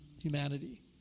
humanity